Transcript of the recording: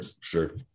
Sure